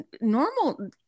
normal